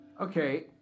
okay